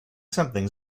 something